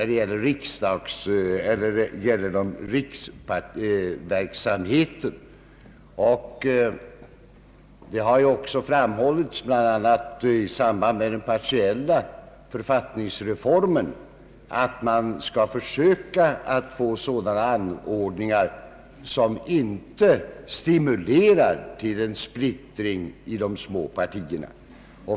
I samband med den partiella författningsreformen har det också framhållits att man skall försöka undvika sådana anordningar som stimulerar till en splittring i småpartier.